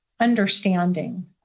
understanding